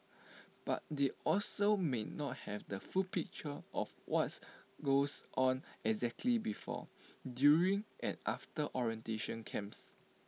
but they also may not have the full picture of was goes on exactly before during and after orientation camps